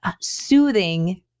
soothing